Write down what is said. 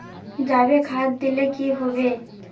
जाबे खाद दिले की होबे?